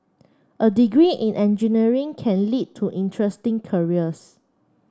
a degree in engineering can lead to interesting careers